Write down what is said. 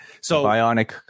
Bionic